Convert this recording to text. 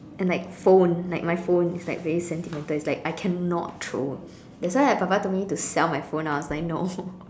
and like phone like my phone is like very sentimental it's like I cannot throw that's why when papa told me to sell my phone I was like no